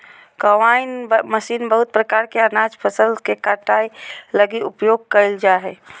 combine machine बहुत प्रकार के अनाज फसल के कटाई लगी उपयोग कयल जा हइ